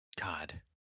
god